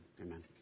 amen